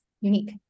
unique